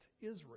Israel